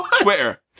Twitter